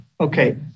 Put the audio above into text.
Okay